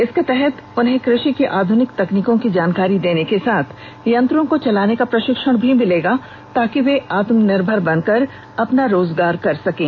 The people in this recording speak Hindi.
इसके तहत उन्हें कृषि की आधनिक तकनीकों की जानकारी देने के साथ यंत्रों को चलाने का प्रशिक्षण मिलेगा ताकि वे आत्मनिर्मर बनकर अपना रोजगार कर सकें